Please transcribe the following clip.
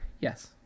Yes